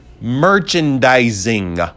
merchandising